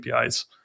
APIs